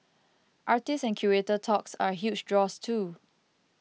artist and curator talks are huge draws too